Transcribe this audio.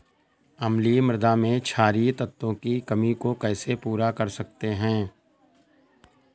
अम्लीय मृदा में क्षारीए तत्वों की कमी को कैसे पूरा कर सकते हैं?